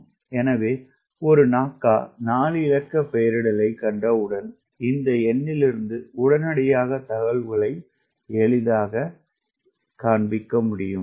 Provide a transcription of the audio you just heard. எனவே ஒரு NACA 4 இலக்க பெயரிடலைக் கண்டவுடன் இந்த எண்ணிலிருந்து உடனடியாக தகவல்களை எளிதாகக் கண்டுபிடிக்க முடியும்